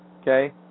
okay